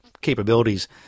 capabilities